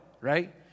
right